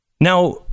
Now